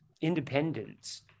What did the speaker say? independence